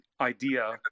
idea